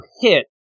hit